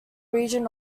region